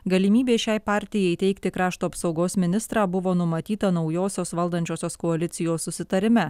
galimybė šiai partijai įteikti krašto apsaugos ministrą buvo numatyta naujosios valdančiosios koalicijos susitarime